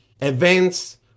events